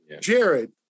Jared